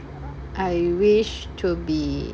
I wish to be